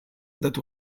that